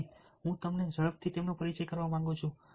તેથી હું તમને ઝડપથી તેમનો પરિચય કરાવવા માંગુ છું